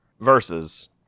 versus